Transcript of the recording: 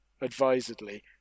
advisedly